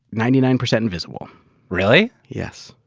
ninety nine percent invisible really? yes.